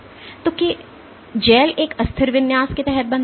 तो कि जेल एक अस्थिर विन्यास के तहत बनता है